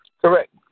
Correct